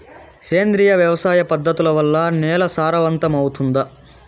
సేంద్రియ వ్యవసాయ పద్ధతుల వల్ల, నేల సారవంతమౌతుందా?